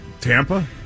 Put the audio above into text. Tampa